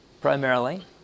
primarily